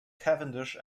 cavendish